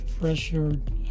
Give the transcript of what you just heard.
pressured